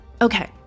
Okay